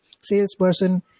salesperson